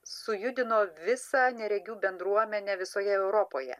sujudino visą neregių bendruomenę visoje europoje